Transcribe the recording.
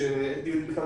דיונים בכלל